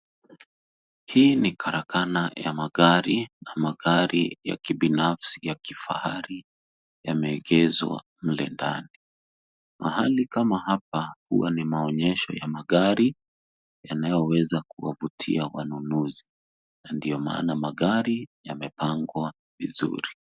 Hii ni karakana ya magari na magari ya kibinafsi ya kifahari yameegeshwa mle ndani. Mahali kama hapa huwa ni maonyesho ya magari yanayoweza kuwavutia wanunuzi na ndio maana magari yamepangwa vizuri.